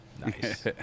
Nice